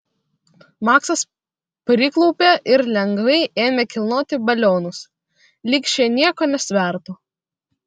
maksas priklaupė ir lengvai ėmė kilnoti balionus lyg šie nieko nesvertų